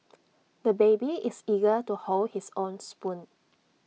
the baby is eager to hold his own spoon